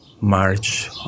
March